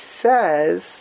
says